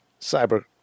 cyber